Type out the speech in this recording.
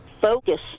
focus